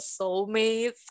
soulmates